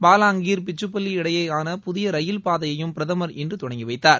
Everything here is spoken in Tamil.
பாலாங்கீர் பிச்சுப்பள்ளி இடையேயான புதிய ரயில் பாதையையும் பிரதமா் இன்று தொடங்கி வைத்தார்